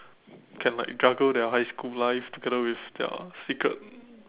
can like juggle their high school life together with their secret